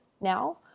now